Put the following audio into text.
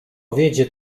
wiedzie